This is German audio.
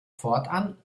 fortan